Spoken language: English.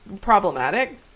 problematic